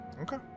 Okay